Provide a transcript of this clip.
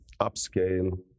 upscale